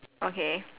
okay